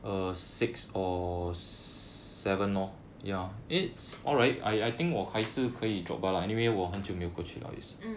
mm